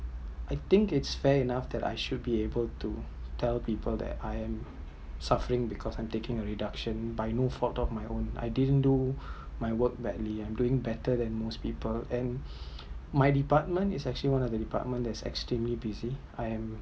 I think it’s fair enough that I should be able to tell people that I am suffering because I’m taking reduction by not fault of my own I didn’t do my work badly I’m doing better than most people and my department is actually one of the department that’s extremely busy I am